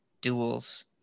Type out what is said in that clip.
duels